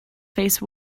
face